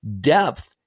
depth